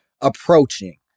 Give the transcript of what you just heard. approaching